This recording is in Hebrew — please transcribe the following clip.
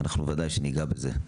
ובוודאי ניגע בזה,